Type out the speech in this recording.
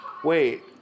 Wait